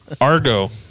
Argo